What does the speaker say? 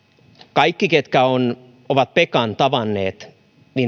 kaikki ketkä ovat ovat pekan tavanneet